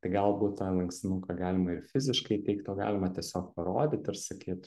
tai galbūt tą lankstinuką galima ir fiziškai įteikt o galima tiesiog parodyt ir sakyt